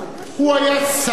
הוא היה, מה זה קשור?